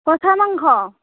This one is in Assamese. পঠা মাংস